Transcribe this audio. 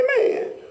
Amen